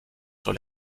sur